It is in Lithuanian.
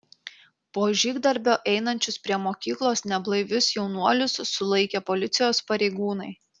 po žygdarbio einančius prie mokyklos neblaivius jaunuolius sulaikė policijos pareigūnai